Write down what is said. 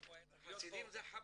הוא היה צריך להיות פה.